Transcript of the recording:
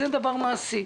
זה דבר מעשי.